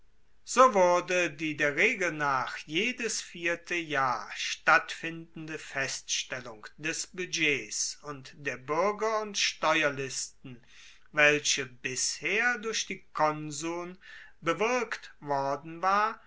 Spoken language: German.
so wurde die der regel nach jedes vierte jahr stattfindende feststellung des budgets und der buerger und steuerlisten welche bisher durch die konsuln bewirkt worden war